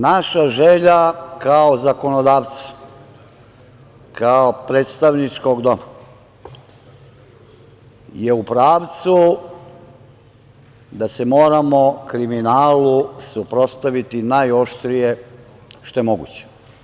Naša želja kao zakonodavca, kao predstavničkog doma je u pravcu da se moramo kriminalu suprotstaviti najoštrije što je moguće.